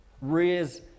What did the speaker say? rears